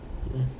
ya